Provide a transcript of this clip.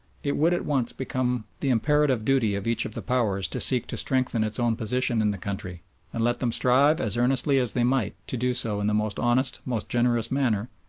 it would at once become the imperative duty of each of the powers to seek to strengthen its own position in the country and let them strive as earnestly as they might to do so in the most honest, most generous manner,